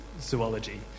zoology